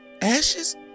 ashes